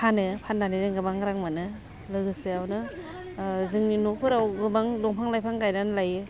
फानो फान्नानै जों गोबां रां मोनो लोगोसेआवनो जोंनि न'फोराव गोबां दंफां लाइफां गायनानै लायो